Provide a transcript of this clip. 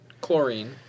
chlorine